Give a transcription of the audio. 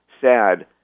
sad